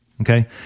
okay